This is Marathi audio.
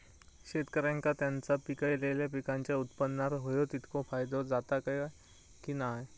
शेतकऱ्यांका त्यांचा पिकयलेल्या पीकांच्या उत्पन्नार होयो तितको फायदो जाता काय की नाय?